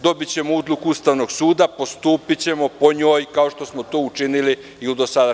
Dobićemo odluku Ustavnog suda i postupićemo po njoj, kao što smo to činili do sada.